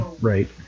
right